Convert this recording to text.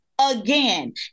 again